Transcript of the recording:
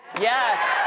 Yes